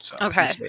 Okay